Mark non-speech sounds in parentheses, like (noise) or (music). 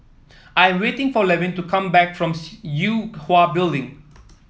I'm waiting for Levin to come back from (unintelligible) Yue Hwa Building